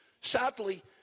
sadly